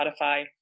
Spotify